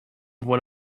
one